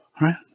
Right